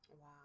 wow